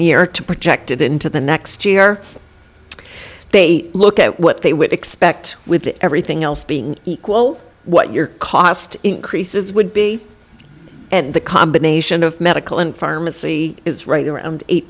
year to projected into the next year they look at what they would expect with everything else being equal what your cost increases would be and the combination of medical and pharmacy is right around eight